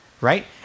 Right